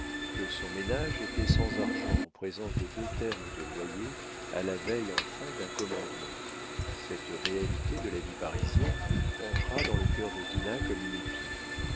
que son ménage était sans argent en présence de deux termes de loyer à la veille enfin d'un commandement cette réalité de la vie parisienne entra dans le cœur de dinah comme une épine